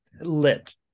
lit